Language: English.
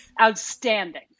outstanding